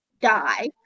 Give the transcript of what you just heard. die